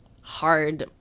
hard